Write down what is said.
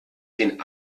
den